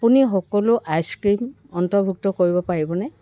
আপুনি সকলো ice cream অন্তৰ্ভুক্ত কৰিব পাৰিবনে